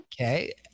Okay